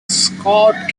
scout